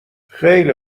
خیلی